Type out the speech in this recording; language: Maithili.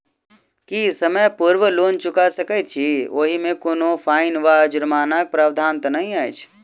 की समय पूर्व लोन चुका सकैत छी ओहिमे कोनो फाईन वा जुर्मानाक प्रावधान तऽ नहि अछि?